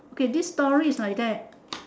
okay this story is like that